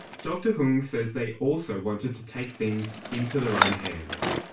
dr hng says they also wanted to take things into their own hands.